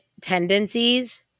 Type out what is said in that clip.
tendencies